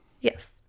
yes